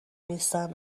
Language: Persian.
نیستن